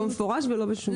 לא במפורש ולא בשום מקום.